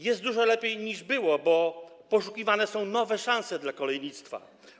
Jest dużo lepiej, niż było, bo poszukiwane są nowe szanse dla kolejnictwa.